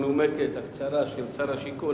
המנומקת והקצרה של שר השיכון,